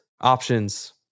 options